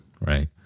Right